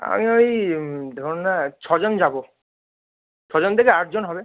আমি ওই ধরুন না ছজন যাব ছজন থেকে আটজন হবে